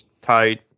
tight